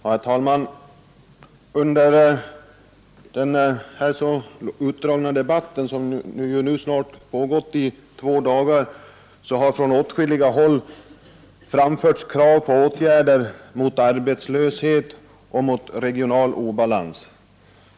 Herr talman! Under den utdragna debatt som nu snart har pågått i två dagar har från åtskilliga håll anförts krav på åtgärder mot arbetslösheten och mot regional obalans.